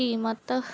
ਕੀਮਤ